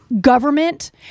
government